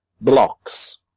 blocks